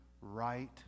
right